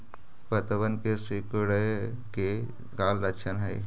पत्तबन के सिकुड़े के का लक्षण हई?